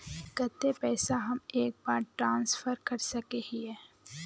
केते पैसा हम एक बार ट्रांसफर कर सके हीये?